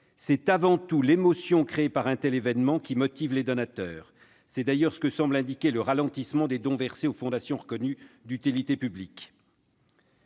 C'est avant tout l'émotion créée par un tel événement qui motive les donateurs. C'est d'ailleurs ce que semble indiquer le ralentissement des dons versés aux fondations reconnues d'utilité publique.